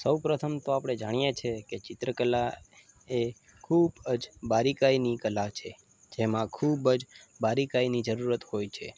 સૌપ્રથમ તો આપણે જાણીએ છીએ કે ચિત્રકલા એ ખૂબ જ બારીકાઈની કલા છે જેમાં ખૂબ જ બારીકાઇની જરૂરત હોય છે